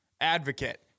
advocate